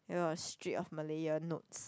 it was Strait of Malaya notes